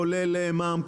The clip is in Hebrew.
כולל מע"מ.